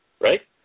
Right